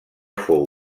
fou